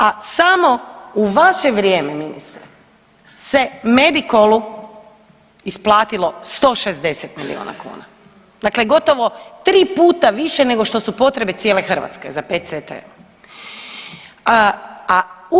A samo u vaše vrijeme ministre se Medikolu isplatilo 160 milijuna kuna, dakle gotovo tri puta više nego što su potrebe cijele Hrvatske za pet ct-om.